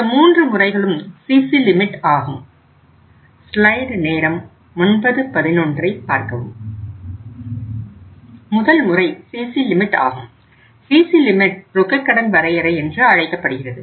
இந்த மூன்று முறைகளும் சிசி லிமிட் ஆகும்